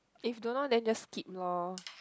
if don't know then just skip lor